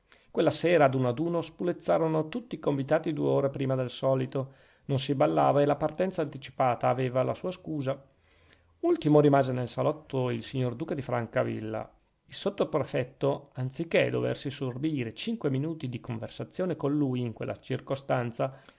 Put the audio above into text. quella sera ad uno ad uno spulezzarono tutti i convitati due ore prima del solito non si ballava e la partenza anticipata aveva la sua scusa ultimo rimase nel salotto il signor duca di francavilla il sottoprefetto anzi che doversi sorbire cinque minuti di conversazione con lui in quella circostanza